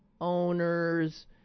owners